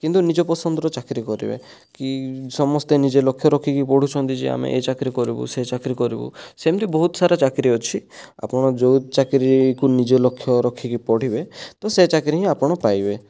କିନ୍ତୁ ନିଜ ପସନ୍ଦର ଚାକିରି କରିବେ କି ସମସ୍ତେ ନିଜ ଲକ୍ଷ୍ୟ ରଖିକି ପଢ଼ୁଛନ୍ତି ଯେ ଆମେ ଏ ଚାକିରି କରିବୁ ସେ ଚାକିରି କରିବୁ ସେମିତି ବହୁତ ସାରା ଚାକିରି ଅଛି ଆପଣ ଯେଉଁ ଚାକିରିକୁ ନିଜ ଲକ୍ଷ୍ୟ ରଖିକି ପଢ଼ିବେ ତ ସେ ଚାକିରି ହିଁ ଆପଣ ପାଇବେ